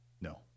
no